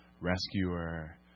rescuer